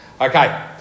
Okay